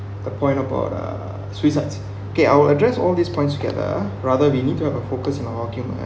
the point of all the suicides okay I will address all these points together rather we need to have a focus in our argument